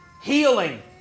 healing